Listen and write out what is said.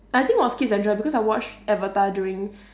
I think it was kids central because I watched avatar during